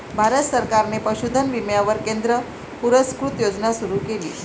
भारत सरकारने पशुधन विम्यावर केंद्र पुरस्कृत योजना सुरू केली